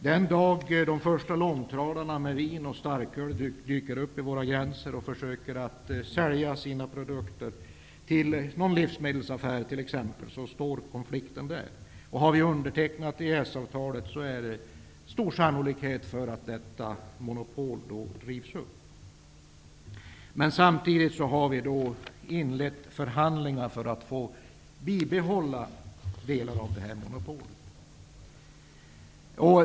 Den dagen då de första långtradarna med vin och starköl dyker upp vid våra gränser och man försöker sälja sina produkter t.ex. till en livsmedelsaffär är konflikten ett faktum. När vi väl har undertecknat EES-avtalet rivs alkoholmonopolet med stor sannolikhet upp. Men samtidigt har vi alltså inlett förhandlingar för att få bibehålla delar av detta monopol.